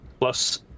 plus